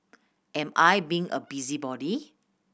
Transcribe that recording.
am I being a busybody